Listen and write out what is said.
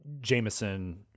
Jameson